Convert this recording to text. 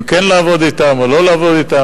אם כן לעבוד אתם או לא לעבוד אתם?